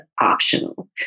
optional